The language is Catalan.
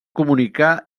comunicar